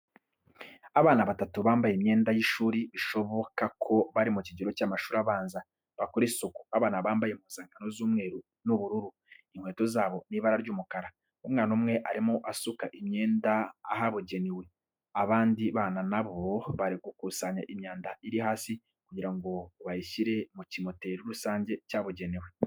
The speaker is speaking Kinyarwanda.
Abana batatu bambaye imyenda y'ishuri, bishoboka ko bari mu kigero cy'amashuri abanza, bakora isuku. Abana bambaye impuzankano z'umweru n'ubururu. Inkweto zabo ni ibara ry'umukara. Umwana umwe arimo asuka imyanda ahabugenewe, abandi bana na bo bari gukusanya imyanda iri hasi, kugira ngo bayishyire mu kimoteri rusange cya bugenewe.